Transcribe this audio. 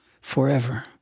forever